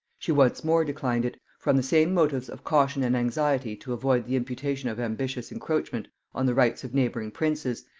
she once more declined it, from the same motives of caution and anxiety to avoid the imputation of ambitious encroachment on the rights of neighbouring princes,